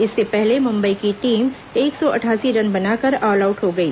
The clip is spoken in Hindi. इससे पहले मुंबई की टीम एक सौ अठासी रन बनाकर ऑलआउट हो गई